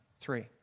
Three